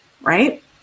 Right